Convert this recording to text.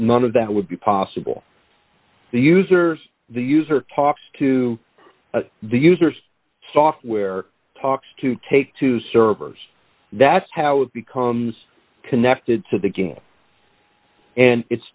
none of that would be possible the users the user talks to the users software talks to take two servers that's how it becomes connected to the game and it